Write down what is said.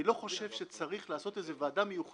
אני לא חושב שצריך לעשות ועדה מיוחדת